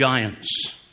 giants